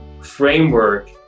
framework